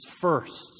first